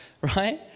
right